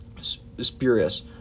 Spurious